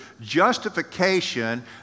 justification